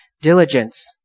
diligence